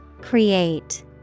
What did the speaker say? Create